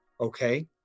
okay